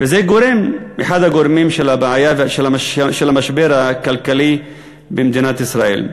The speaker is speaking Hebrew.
וזה אחד הגורמים של המשבר הכלכלי במדינת ישראל.